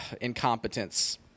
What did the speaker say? incompetence